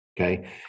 Okay